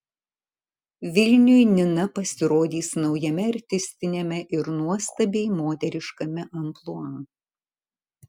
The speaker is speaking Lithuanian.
vilniui nina pasirodys naujame artistiniame ir nuostabiai moteriškame amplua